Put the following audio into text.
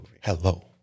Hello